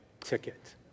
ticket